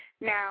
Now